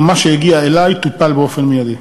מה שהגיע אלי טופל באופן מיידי.